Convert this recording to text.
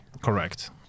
Correct